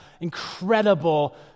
incredible